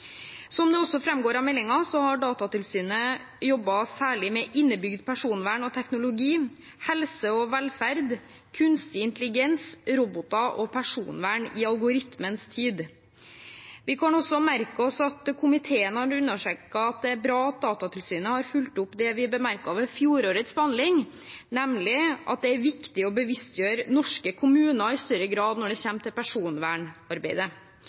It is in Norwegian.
Som det også framgår av meldingen, har Datatilsynet jobbet særlig med innebygd personvern og teknologi, helse og velferd, kunstig intelligens, roboter og personvern i algoritmens tid. Vi kan også merke oss at komiteen har understreket at det er bra at Datatilsynet har fulgt opp det vi bemerket ved fjorårets behandling, nemlig at det er viktig å bevisstgjøre norske kommuner i større grad når det kommer til personvernarbeidet.